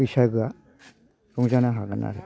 बैसागोआ रंजानो हागोन आरो